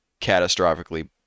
catastrophically